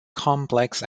complex